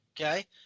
Okay